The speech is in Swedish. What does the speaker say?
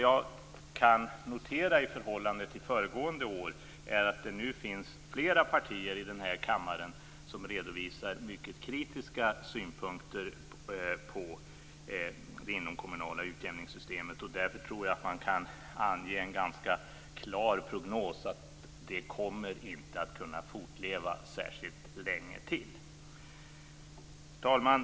Jag kan notera att i förhållande till föregående år finns det nu flera partier här i kammaren som redovisar mycket kritiska synpunkter på det inomkommunala utjämningssystemet. Därför tror jag att man kan ange en ganska klar prognos att det inte kommer att kunna fortleva särskilt länge till. Fru talman!